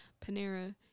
panera